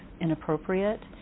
inappropriate